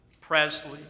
Presley